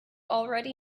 already